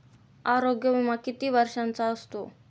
आरोग्य विमा किती वर्षांचा असतो?